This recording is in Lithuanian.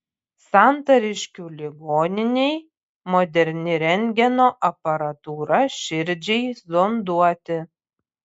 santariškių ligoninei moderni rentgeno aparatūra širdžiai zonduoti